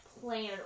plan